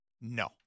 No